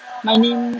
my name